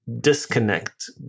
disconnect